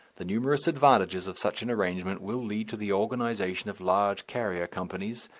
the numerous advantages of such an arrangement will lead to the organization of large carrier companies,